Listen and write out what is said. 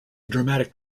dramatic